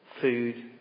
food